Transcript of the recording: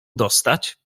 dostać